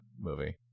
movie